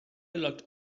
locked